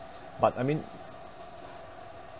but I mean